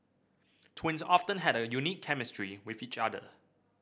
twins often have a unique chemistry with each other